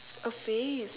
a phase